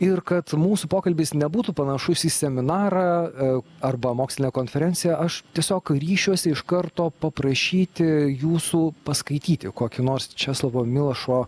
ir kad mūsų pokalbis nebūtų panašus į seminarą arba mokslinę konferenciją aš tiesiog ryšiuosi iš karto paprašyti jūsų paskaityti kokį nors česlovo milošo